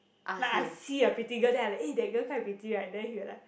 like I see a pretty girl then I like eh that girl quite pretty right then he will like